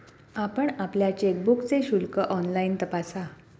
आपण आपल्या चेकबुकचे शुल्क ऑनलाइन तपासा